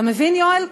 אתה מבין, יואל?